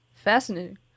Fascinating